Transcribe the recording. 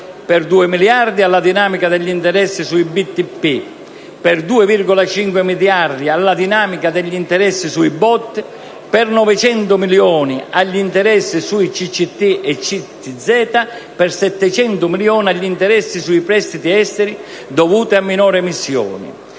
per 2 miliardi, alla dinamica degli interessi sui BTP; per 2,5 miliardi, alla dinamica degli interessi sui BOT; per 900 milioni, agli interessi sui CCT e CTZ; per 700 milioni, agli interessi sui prestiti esteri dovuti a minori emissioni.